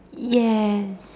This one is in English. yes